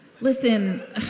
Listen